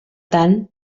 tant